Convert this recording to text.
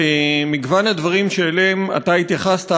במגוון הדברים שאליהם אתה התייחסת,